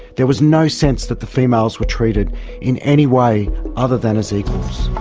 there was no sense that the females were treated in any way other than as equals.